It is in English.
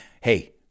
hey